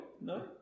No